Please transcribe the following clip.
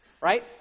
Right